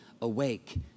Awake